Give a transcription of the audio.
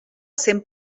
cent